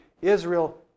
Israel